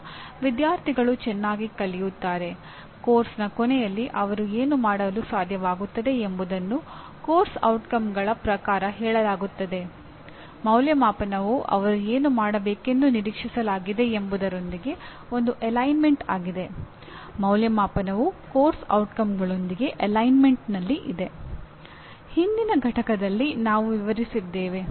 ನಾವು ಇಲ್ಲಿ ಸೂಚನಾ ವಿನ್ಯಾಸ ಮತ್ತು ಸೂಚನಾ ವಿಧಾನಗಳು ಪುರಾವೆ ಆಧಾರಿತ ಸೂಚನಾ ವಿಧಾನಗಳು ಇದರಲ್ಲಿ ವಿಶೇಷವಾಗಿ ಸೂಚನಾ ಕಾರ್ಯತಂತ್ರಗಳ ಬಗ್ಗೆ ಅಂದರೆ ಬೋಧನಾ ವಿಧಾನಗಳ ಸಂಗ್ರಹ ಬೋಧನಾ ಘಟಕವನ್ನು ಬರೆಯುವ ಲಿಪಿ ಅಂದರೆ ಕಲಿಕೆ ವಿನ್ಯಾಸಗಳ ಬಗ್ಗೆ ಮಾತನಾಡುತ್ತೇವೆ